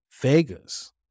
Vegas